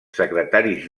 secretaris